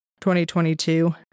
2022